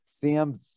Sam